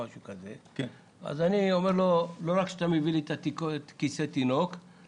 אני אומר: לא רק שאתה מביא לי את כיסא התינוק אלא